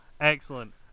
Excellent